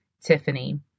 Tiffany